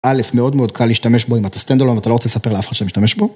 א', מאוד מאוד קל להשתמש בו אם אתה Stand alone, ואתה לא רוצה לספר לאף אחד שאתה משתמש בו.